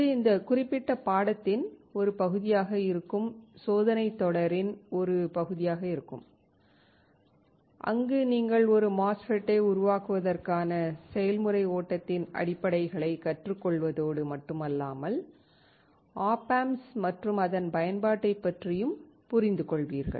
இது இந்த குறிப்பிட்ட பாடத்தின் ஒரு பகுதியாக இருக்கும் சோதனைத் தொடரின் ஒரு பகுதியாக இருக்கும் அங்கு நீங்கள் ஒரு MOSFET ஐ உருவாக்குவதற்கான செயல்முறை ஓட்டத்தின் அடிப்படைகளை கற்றுக் கொள்வதோடு மட்டுமல்லாமல் ஒப் ஆம்ப்ஸ் மற்றும் அதன் பயன்பாட்டைப் பற்றியும் புரிந்துகொள்வீர்கள்